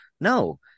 no